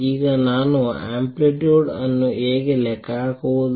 ಈಗ ನಾನು ಅಂಪ್ಲಿಟ್ಯೂಡ್ ಅನ್ನು ಹೇಗೆ ಲೆಕ್ಕ ಹಾಕುವುದು